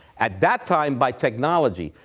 at that time, by technology,